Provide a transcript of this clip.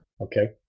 Okay